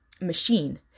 machine